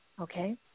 okay